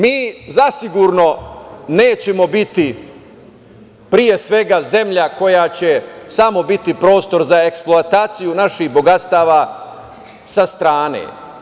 Mi zasigurno nećemo biti, pre svega, zemlja koja će samo biti prostor za eksploataciju naših bogatstava sa strane.